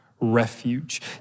refuge